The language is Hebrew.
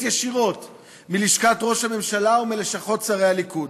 ישירות מלשכת ראש הממשלה ומלשכות שרי הליכוד.